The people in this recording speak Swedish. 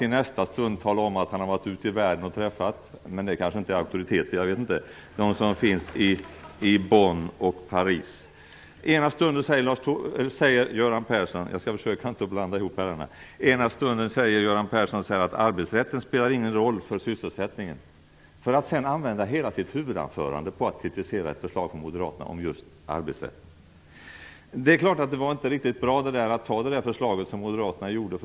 I nästa stund talade han om att han hade varit ute i världen och träffat dem som finns i Bonn och Paris, men de är kanske inte auktoriteter. Den ena stunden säger Göran Persson att arbetsrätten inte spelar någon roll för sysselsättningen. Sedan använder han hela sitt huvudanförande till att kritisera ett förslag från moderaterna om just arbetsrätten. Det var inte riktigt bra att anta det förslag som moderaterna gjorde.